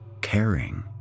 Caring